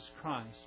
Christ